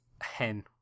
hen